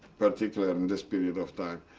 particular in this period of time.